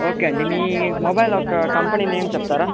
okay అండి మీ mobile యొక్క కంపెనీ నేమ్ చెప్తారా